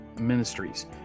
ministries